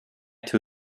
two